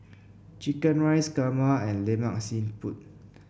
chicken rice kurma and Lemak Siput